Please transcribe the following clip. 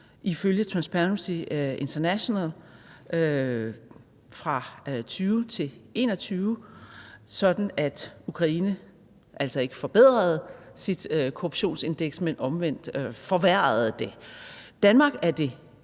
ifølge Transparency International fra 2020 til 2021, sådan at Ukraine altså ikke forbedrede sit korruptionsindeks, men tværtimod forværrede det. Danmark er det